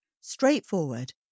straightforward